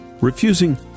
refusing